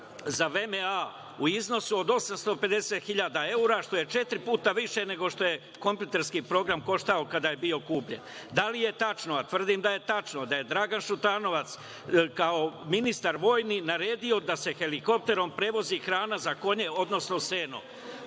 za VMA u iznosu od 850 miliona evra, što je četiri puta više nego što je kompjuterski program koštao kada je bio kupljen? Da li je tačno, a tvrdim da je tačno, da je Dragan Šutanovac kao ministar vojni naredio da se helikopterom prevozi hrana za konje, odnosno seno? Da